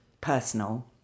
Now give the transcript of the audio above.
personal